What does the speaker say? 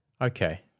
Okay